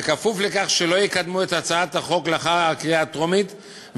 שלא יקדמו את הצעת החוק לאחר הקריאה הטרומית,